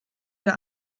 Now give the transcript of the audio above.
der